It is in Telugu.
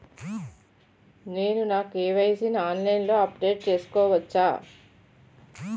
నేను నా కే.వై.సీ ని ఆన్లైన్ లో అప్డేట్ చేసుకోవచ్చా?